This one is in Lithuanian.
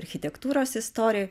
architektūros istorijoj